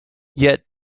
yet